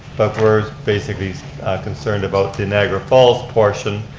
but we're basically concerned about the niagara falls portion.